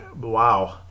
wow